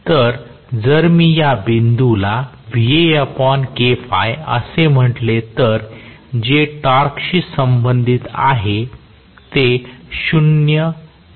तर जर मी या बिंदूला असे म्हटले तर जे टॉर्कशी संबंधित आहे ते 0 बिंदू आहे